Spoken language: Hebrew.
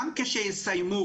גם כשהם יסיימו,